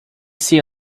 see